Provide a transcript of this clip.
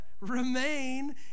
Remain